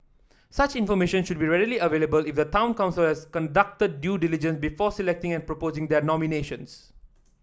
such information should be readily available if the town council has conducted due diligence before selecting and proposing their nominations